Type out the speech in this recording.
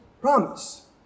promise